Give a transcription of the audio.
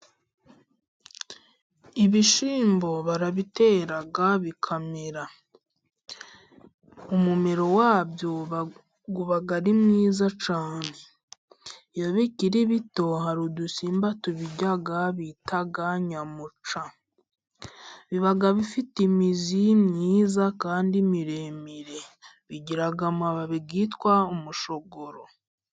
Ibishyimbo barabitera bikamera, umumero wabyo uba ari mwiza cyane ,iyo bikiri bito hari udusimba tubirya bita nyamuca, biba bifite imizi myiza kandi miremire, bigira amababi yitwa umushogoro.